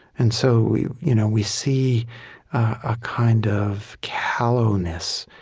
and so we you know we see a kind of callowness,